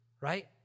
right